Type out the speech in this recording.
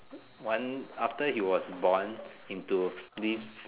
one after he was born into this